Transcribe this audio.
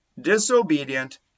disobedient